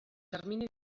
termini